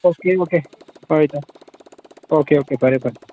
okay ꯑꯩ okay ꯐꯔꯦ ꯏꯇꯥꯎ ꯑꯣꯀꯦ ꯑꯣꯀꯦ ꯐꯔꯦ ꯐꯔꯦ